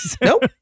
Nope